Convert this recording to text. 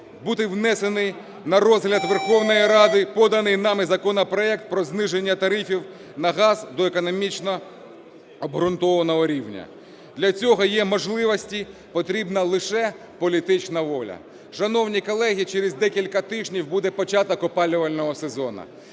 бути внесений на розгляд Верховної Ради поданий нами законопроект про зниження тарифів на газ до економічно обґрунтованого рівня. Для цього є можливості. Потрібна лише політична воля. Шановні колеги, через декілька тижнів буде початок опалювального сезону.